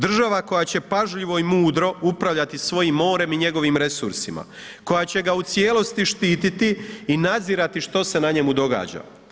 Država koja će pažljivo i mudro upravljati svojim morem i njegovim resursima, koja će ga u cijelosti štititi i nadzirati što se na njemu događa.